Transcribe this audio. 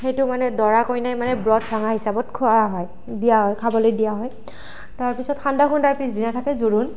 সেইটো মানে দৰা কইনাই মানে ব্ৰত ভঙা হিচাপত খোৱা হয় দিয়া হয় খাবলৈ দিয়া হয় তাৰ পিছত সান্দহ খুন্দাৰ পিছদিনা থাকে জোৰোণ